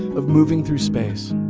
of moving through space.